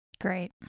Great